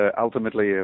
ultimately